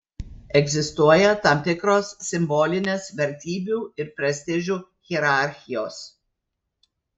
egzistuoja tam tikros simbolinės vertybių ir prestižų hierarchijos